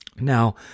now